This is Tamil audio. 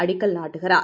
அடிக்கல் நாட்டுகிறார்